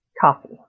Coffee